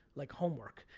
like homework,